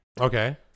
Okay